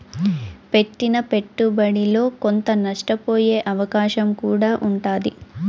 పెట్టిన పెట్టుబడిలో కొంత నష్టపోయే అవకాశం కూడా ఉంటాది